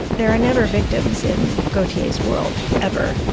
there are never victims in gaultier's world, ever.